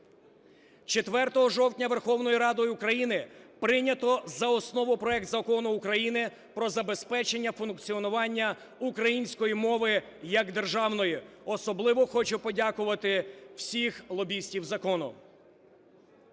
4 жовтня Верховною Радою України прийнято за основу проект Закону України про забезпечення функціонування української мови як державної. Особливо хочу подякувати всіх лобістів закону.